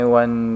one